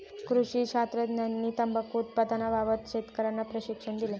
कृषी शास्त्रज्ञांनी तंबाखू उत्पादनाबाबत शेतकर्यांना प्रशिक्षण दिले